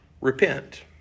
repent